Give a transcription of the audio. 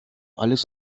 alles